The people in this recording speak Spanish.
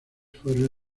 fueron